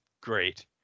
great